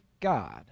God